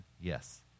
Yes